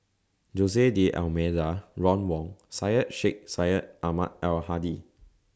Jose D'almeida Ron Wong Syed Sheikh Syed Ahmad Al Hadi